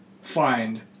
Find